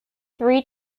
three